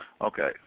Okay